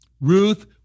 Ruth